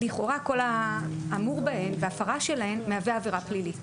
לכאורה כול האמור בהן וההפרה שלהן מהווה עבירה פלילית.